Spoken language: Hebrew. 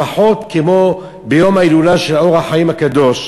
לפחות כמו ביום ההילולה של "אור החיים" הקדוש,